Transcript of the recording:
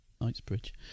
Knightsbridge